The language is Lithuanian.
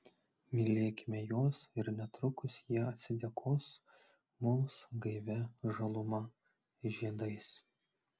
mylėkime juos ir netrukus jie atsidėkos mums gaivia žaluma žiedais